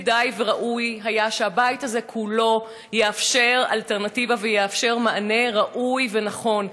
וכדאי וראוי היה שהבית הזה כולו יאפשר אלטרנטיבה ומענה ראוי ונכון.